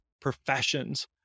professions